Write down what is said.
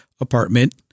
apartment